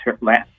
last